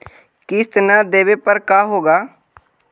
किस्त न देबे पर का होगा?